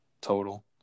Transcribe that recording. total